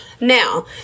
Now